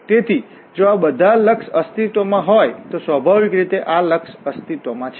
તેથી જો આ બધા લક્ષ અસ્તિત્વમાં હોય તો સ્વાભાવિક રીતે આ લક્ષ અસ્તિત્વમાં છે